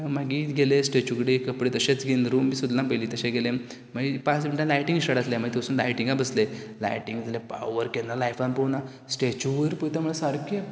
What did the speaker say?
मागीर गेले स्टेचू कडेन कपडे तशेंच घेवन रूम सोदलो ना पयलीं तशेच गेले मागीर पांच मिण्टान लायटींग स्टार्ट जातलें मागीर थंय वसून लायटिंगाक बसले लायटींग जाल्यार पावर केन्ना लायफान पळोवना स्टेचू वयर पयता म्हळ्यार सारकें